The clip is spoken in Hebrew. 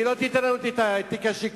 והיא לא תיתן לנו את תיק השיכון,